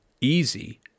easy